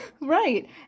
right